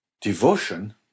Devotion